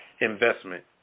investment